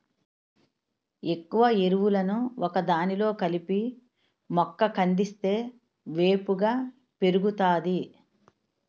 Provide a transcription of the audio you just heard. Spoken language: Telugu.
ఎక్కువ ఎరువులను ఒకదానిలో కలిపి మొక్క కందిస్తే వేపుగా పెరుగుతాది